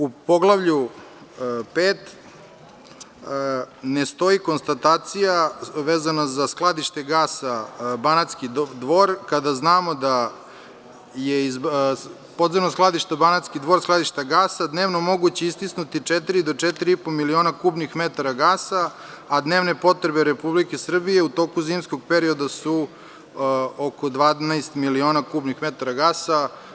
U poglavlju 5. ne stoji konstatacija vezana za skladište gasa Banatski dvor, kada znamo da je iz podzemnog skladišta gasa Banatski dvor dnevno moguće istisnuti četiri do četiri i po miliona kubnih metara gasa, a dnevne potrebe Republike Srbije u toku zimskog perioda su oko 12 miliona kubnih metara gasa.